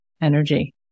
energy